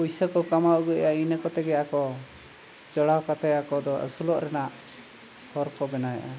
ᱯᱚᱭᱥᱟ ᱠᱚ ᱠᱟᱢᱟᱣ ᱟᱹᱜᱩᱭᱮᱜᱼᱟ ᱤᱱᱟᱹ ᱠᱚᱛᱮᱜᱮ ᱟᱠᱚ ᱪᱚᱲᱟᱣ ᱠᱟᱛᱮᱫ ᱟᱠᱚ ᱫᱚ ᱟᱥᱩᱞᱚᱜ ᱨᱮᱱᱟᱜ ᱦᱚᱨ ᱠᱚ ᱵᱮᱱᱟᱣᱮᱜᱼᱟ